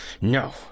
No